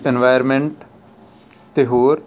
environment ਅਤੇ ਹੋਰ